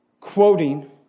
Quoting